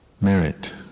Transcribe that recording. merit